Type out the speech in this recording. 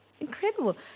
Incredible